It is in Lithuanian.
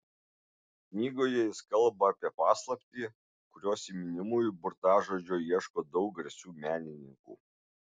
knygoje jis kalba apie paslaptį kurios įminimui burtažodžio ieško daug garsių menininkų